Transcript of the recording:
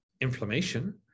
inflammation